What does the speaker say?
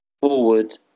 forward